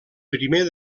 primer